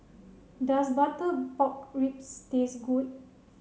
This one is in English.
does butter pork ribs taste good